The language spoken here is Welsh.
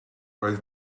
roedd